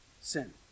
sin